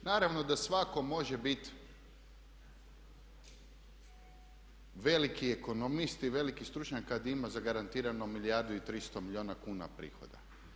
Naravno da svatko može biti veliki ekonomist i veliki stručnjak kad ima zagarantirano milijardu i 300 milijuna kuna prihoda.